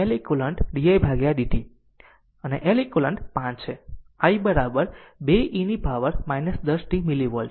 તેથી L eq 5 છે અને I 2 e to power 10 t milli volt